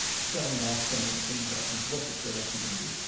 selling off some, some investments. what's the strategy going to be?